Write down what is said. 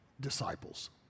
disciples